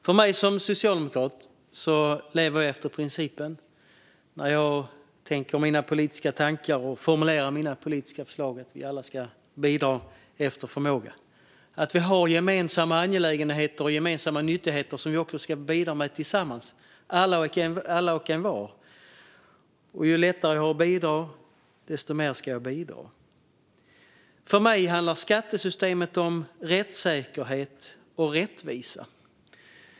När jag som socialdemokrat tänker mina politiska tankar och formulerar mina politiska förslag går jag efter principen att vi alla ska bidra efter förmåga och att vi har gemensamma angelägenheter och nyttigheter som vi också ska bidra till tillsammans, alla och envar. Ju lättare jag har att bidra, desto mer ska jag bidra. För mig handlar skattesystemet om rättssäkerhet och rättvisa.